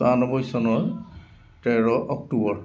চৌৰান্নব্বৈ চনৰ তেৰ অক্টোবৰ